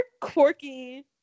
quirky